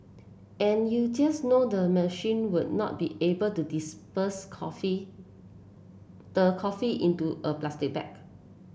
and you just know the machine would not be able to dispense coffee the coffee into a plastic bag